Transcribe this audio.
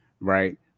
right